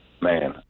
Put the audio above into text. Man